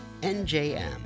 NJM